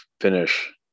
finish